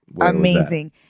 amazing